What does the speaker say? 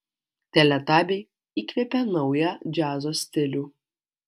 teletabiai įkvėpė naują džiazo stilių